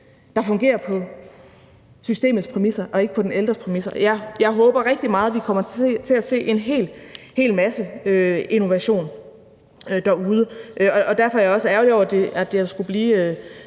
der fungerer på systemets præmisser og ikke på den ældres præmisser. Jeg håber rigtig meget, at vi kommer til at se en hel masse innovation derude, og derfor er jeg også ærgerlig over, at det så meget